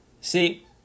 See